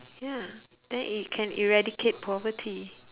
ya then it can eradicate poverty